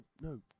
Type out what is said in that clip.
no